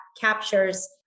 captures